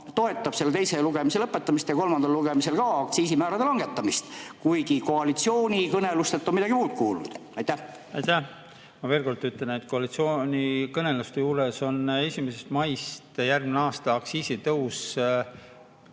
toetab selle teise lugemise lõpetamist ja kolmandal lugemisel ka aktsiisimäärade langetamist, kuigi koalitsioonikõnelustelt on midagi muud kuuldud? Aitäh! Ma veel kord ütlen, et koalitsioonikõnelustel on öeldud, et aktsiisitõus,